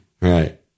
Right